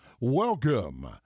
Welcome